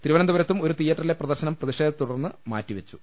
തിരുവനന്തപുരത്തും ഒരു തിയ്യറ്ററിലെ പ്രദർശനം പ്രതിഷേധത്തെതുടർന്ന് മാറ്റിവെച്ചു